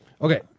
Okay